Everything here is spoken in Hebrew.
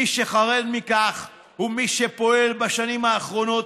מי שחרד מכך הוא מי שפועל בשנים האחרונות